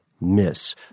miss